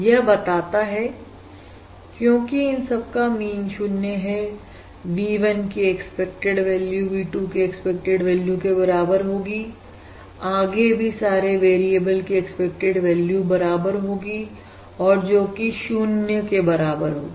यह बताता है क्योंकि इन सब का मीन 0 है V1 की एक्सपेक्टेड वैल्यू V2 की एक्सपेक्टेड वैल्यू के बराबर होगी आगे भी सारे वेरिएबल की एक्सपेक्टेड वैल्यू बराबर होगी और जो कि 0 के बराबर होगी